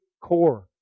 core